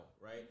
right